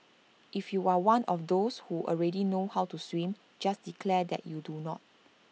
if you are one of those who already know how to swim just declare that you do not